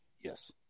Yes